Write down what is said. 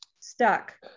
stuck